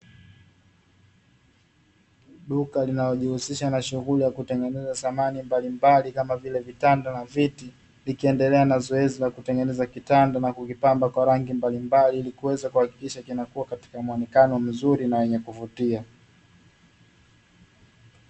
Duka linaojihusisha na shughuli ya kutengeneza samani mbalimbali kama vile vitanda na viti, likiendelea na zoezi la kutengeneza kitanda na kukipamba kwa rangi mbalimbali ili kuweza kuhakikisha kinakua katika muonekano na wenye kuvutia.